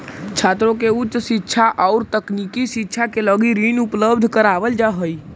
छात्रों के उच्च शिक्षा औउर तकनीकी शिक्षा के लगी ऋण उपलब्ध करावल जाऽ हई